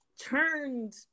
turned